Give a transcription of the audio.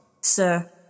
Sir